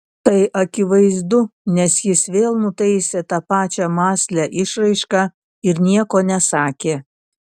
tai akivaizdu nes jis vėl nutaisė tą pačią mąslią išraišką ir nieko nesakė